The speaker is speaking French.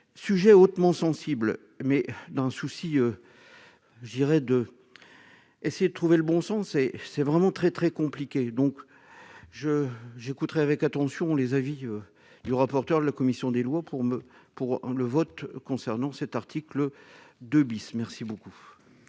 sujet hautement sensible mais d'un souci je dirais de essayer de trouver le bon sens et c'est vraiment très, très compliqué, donc je j'écouterai avec attention les avis du rapporteur de la commission des lois pour me pour le vote concernant cet article 2 bis merci beaucoup.